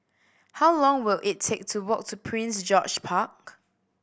how long will it take to walk to Prince George Park